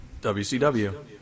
WCW